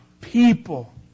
people